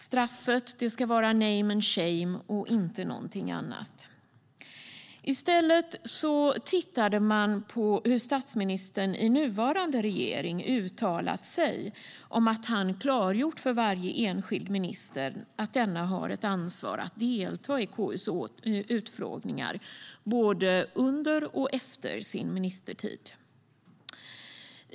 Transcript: Straffet ska vara name and shame - inte något annat. I stället tittade man på hur statsministern i nuvarande regering hade uttalat sig, att han hade klargjort för varje enskild minister att denna har ett ansvar för att delta i KU:s utfrågningar både under och efter sin ministertid.